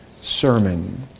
sermon